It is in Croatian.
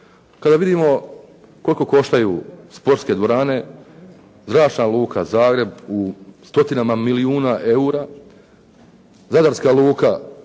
Kada vidimo koliko koštaju sportske dvorane, Zračna luka Zagreb u stotinama milijuna eura, zadarska luka u